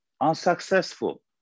unsuccessful